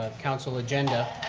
council agenda.